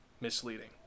misleading